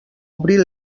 obrir